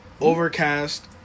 Overcast